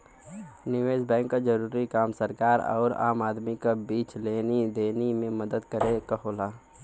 निवेस बैंक क जरूरी काम सरकार आउर आम आदमी क बीच लेनी देनी में मदद करे क होला